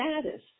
status